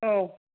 औ